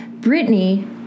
Britney